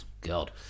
God